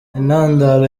intandaro